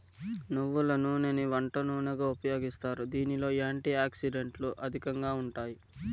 నువ్వుల నూనెని వంట నూనెగా ఉపయోగిస్తారు, దీనిలో యాంటీ ఆక్సిడెంట్లు అధికంగా ఉంటాయి